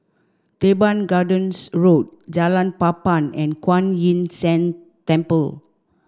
Teban Gardens Road Jalan Papan and Kuan Yin San Temple